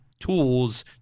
Tools